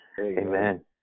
Amen